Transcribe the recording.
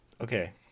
Okay